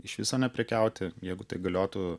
iš viso neprekiauti jeigu tai galiotų